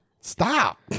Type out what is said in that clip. Stop